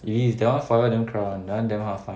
it is that [one] forever damn crowded [one] that [one] damn hard find